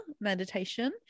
meditation